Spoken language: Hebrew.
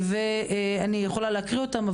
אני יכולה להקריא אותם,